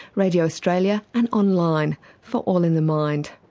radio australia and online for all in the mind.